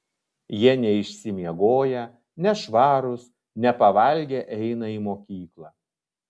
jie neišsimiegoję nešvarūs nepavalgę eina į mokyklą